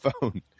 phone